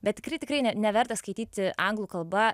bet tikrai tikrai ne neverta skaityti anglų kalba